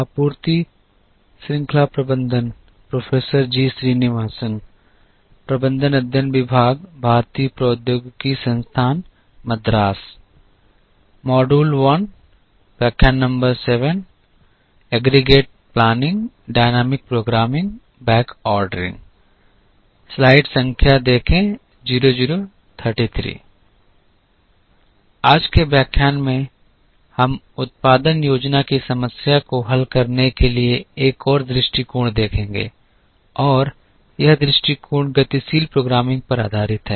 आज के व्याख्यान में हम उत्पादन योजना की समस्या को हल करने के लिए एक और दृष्टिकोण देखेंगे और यह दृष्टिकोण गतिशील प्रोग्रामिंग पर आधारित है